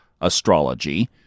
Astrology